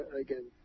again